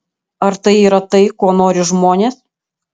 ar tai yra tai ko nori žmonės